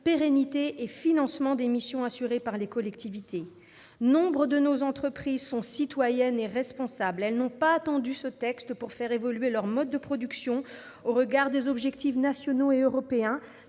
pérennité et financement des missions assurées par les collectivités. Nombre de nos entreprises sont citoyennes et responsables. Elles n'ont pas attendu ce texte pour faire évoluer leurs modes de production au regard des objectifs nationaux et européens,